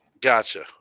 Gotcha